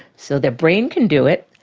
so their brain can do it,